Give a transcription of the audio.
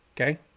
Okay